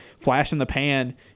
flash-in-the-pan